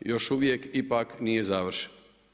još uvijek ipak nije završen.